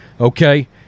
Okay